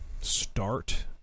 start